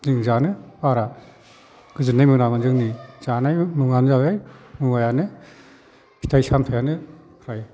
जों जानो बारा गोजोननाय मोनामोन जोंनि जानाय मुङानो जाबाय मुवायानो फिथाइ सामथाइआनो फ्राय